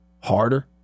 harder